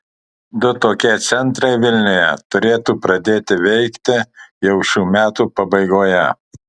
du tokie centrai vilniuje turėtų pradėti veikti jau šių metų pabaigoje